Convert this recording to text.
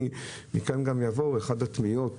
אני מכאן גם אעבור לתמיהה